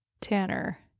Tanner